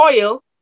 oil